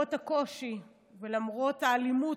ולמרות הקושי ולמרות האלימות,